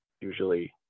usually